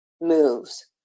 moves